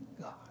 God